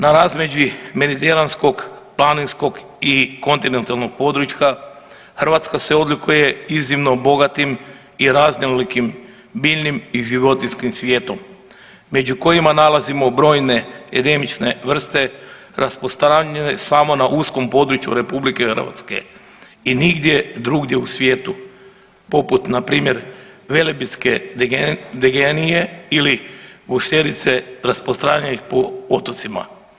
Na razmeđi mediteranskog, planinskog i kontinentalnog područja Hrvatska se odlikuje iznimno bogatim i raznolikim biljnim i životinjskim svijetom među kojima nalazimo brojne endemične vrste rasprostranjene samo na uskom području RH i nigdje drugdje u svijetu poput npr. Velebitske degenije ili Gušterice rasprostranjenih po otocima.